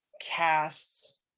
casts